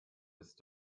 ist